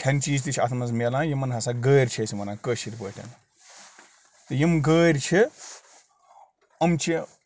کھٮ۪نہٕ چیٖز تہِ چھِ اَتھ منٛز مِلان یِمَن ہَسا گٲرۍ چھِ أسۍ وَنان کٲشٕر پٲٹھۍ تہٕ یِم گٲرۍ چھِ یِم چھِ